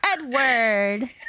edward